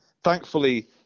thankfully